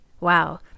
Wow